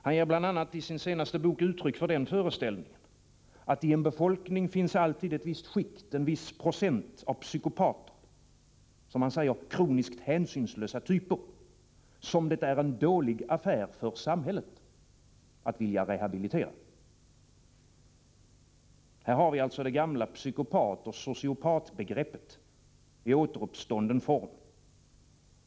Han ger bl.a. i sin senaste bok uttryck för den föreställningen att det i en befolkning alltid finns ett visst skikt, en viss procent av psykopater, kroniskt hänsynslösa typer som han säger, som det är dålig affär för samhället att vilja rehabilitera. Här har vi alltså det gamla psykopatoch sociopatbegreppet i återuppstånden form.